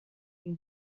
این